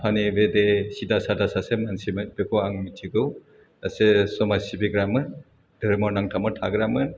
आफानि बिदि सिदा सादा सासे मानसिमोन बेखौ आं मिथिगौ सासे समाज सिबिग्रामोन धोरोमाव नांथाबनानै थाग्रामोन